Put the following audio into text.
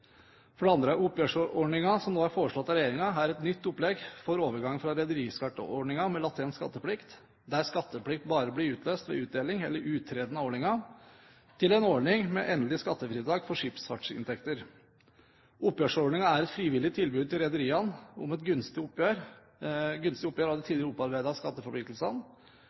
For det andre: Oppgjørsordningen som nå er foreslått av regjeringen, er et nytt opplegg for overgang fra en rederiskatteordning med latent skatteplikt der skatteplikt bare ble utløst ved utdeling eller uttreden av ordningen, til en ordning med endelig skattefritak for skipsfartsinntekter. Oppgjørsordningen er et frivillig tilbud til rederiene om et gunstig oppgjør av de tidligere